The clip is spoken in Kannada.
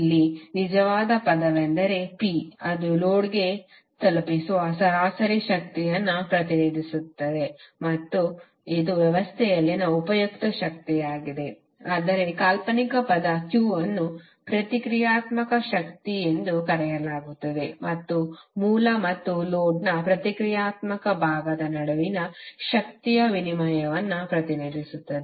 ಇಲ್ಲಿ ನಿಜವಾದ ಪದವೆಂದರೆ P ಇದು ಲೋಡ್ಗೆ ತಲುಪಿಸುವ ಸರಾಸರಿ ಶಕ್ತಿಯನ್ನು ಪ್ರತಿನಿಧಿಸುತ್ತದೆ ಮತ್ತು ಇದು ವ್ಯವಸ್ಥೆಯಲ್ಲಿನ ಉಪಯುಕ್ತ ಶಕ್ತಿಯಾಗಿದೆ ಆದರೆ ಕಾಲ್ಪನಿಕ ಪದ Q ಅನ್ನು ಪ್ರತಿಕ್ರಿಯಾತ್ಮಕ ಶಕ್ತಿ ಎಂದು ಕರೆಯಲಾಗುತ್ತದೆ ಮತ್ತು ಮೂಲ ಮತ್ತು ಲೋಡ್ನ ಪ್ರತಿಕ್ರಿಯಾತ್ಮಕ ಭಾಗದ ನಡುವಿನ ಶಕ್ತಿಯ ವಿನಿಮಯವನ್ನು ಪ್ರತಿನಿಧಿಸುತ್ತದೆ